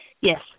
Yes